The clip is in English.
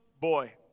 boy